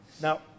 Now